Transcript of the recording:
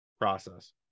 process